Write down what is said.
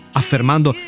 affermando